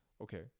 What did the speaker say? okay